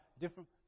different